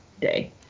day